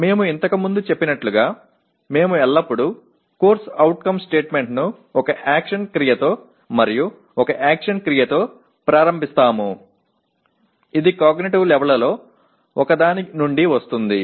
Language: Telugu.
మేము ఇంతకుముందు చెప్పినట్లుగా మేము ఎల్లప్పుడూ CO స్టేట్మెంట్ ను ఒక యాక్షన్ క్రియతో మరియు ఒక యాక్షన్ క్రియతో ప్రారంభిస్తాము ఇది కాగ్నిటివ్ లెవల్ లలో ఒకదాని నుండి వస్తుంది